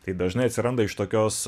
tai dažnai atsiranda iš tokios